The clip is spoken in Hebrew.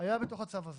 היה בתוך הצו הזה.